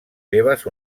seves